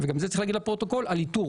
וגם את זה צריך להגיד לפרוטוקול על האיתור.